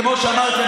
כמו שאמרתי,